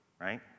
right